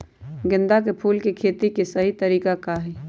गेंदा के फूल के खेती के सही तरीका का हाई?